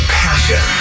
passion